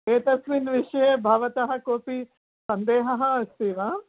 एतस्मिन् विषये भवतः कोपि सन्देहः अस्ति वा